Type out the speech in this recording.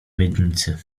miednicy